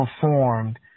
performed